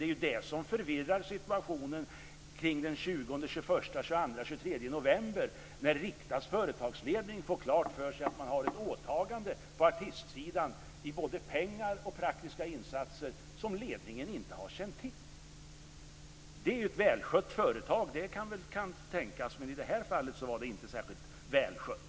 Det är det som förvirrar situationen till den 20-23 november, när Riktas företagsledning får klart för sig att man har ett åtagande på artistsidan både i pengar och i praktiska insatser som ledningen inte har känt till. Det kan tänkas att det var ett välskött företag, men i det här avseendet var det inte särskilt välskött.